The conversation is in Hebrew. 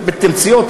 בתמצות,